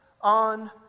on